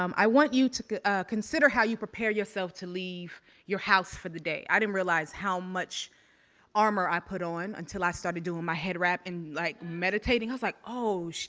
um i want you to consider how you prepare yourself to leave your house for the day. i didn't realize how much armor i put on until i started doing my head wrap and like meditating, i was like, oh, sh,